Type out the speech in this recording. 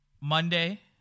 Monday